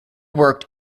worked